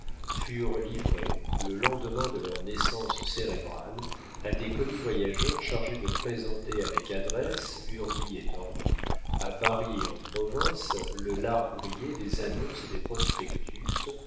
furent livrées le lendemain de leur naissance cérébrale à des commis voyageurs chargés de présenter avec adresse urbi et orbi à paris et en province le lard grillé des annonces et des prospectus